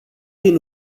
din